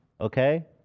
Okay